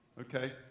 Okay